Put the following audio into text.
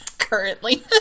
Currently